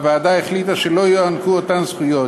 הוועדה החליטה שלא יוענקו אותן זכויות,